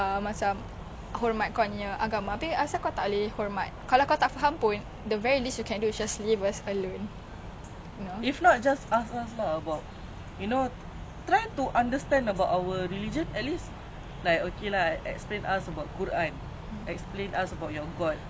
they don't even no the thing is that they are so ignorant dia orang tak kesah but the thing is even if you tak kesah or like don't care just leave us alone there's no need oh really but the thing is they don't care I think is not they don't care they just hate us for some god damn reason I don't understand why